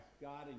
God